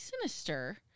sinister